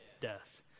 death